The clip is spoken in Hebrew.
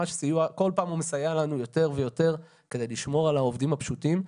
כל פעם הוא מסייע לנו יותר ויותר כדי לשמור על העובדים הפשוטים.